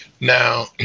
Now